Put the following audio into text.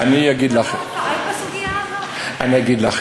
אני אגיד לך.